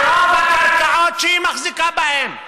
שרוב בקרקעות שהיא מחזיקה בהן,